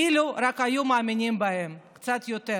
אילו רק היו מאמינים בהם קצת יותר